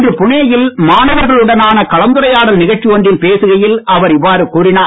இன்று புனே யில் மாணவர்களுடனான கலந்துரையாடல் நிகழ்ச்சி ஒன்றில் பேசுகையில் அவர் இவ்வாறு கூறினார்